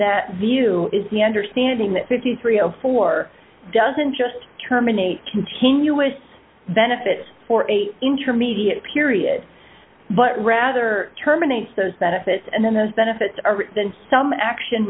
that view is the understanding that fifty four doesn't just terminate continuous benefit for a intermediate period but rather terminate those benefits and then those benefits are some action